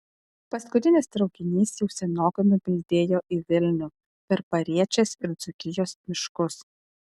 paskutinis traukinys jau senokai nubildėjo į vilnių per pariečės ir dzūkijos miškus